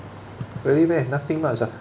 really meh nothing much ah